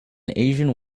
asian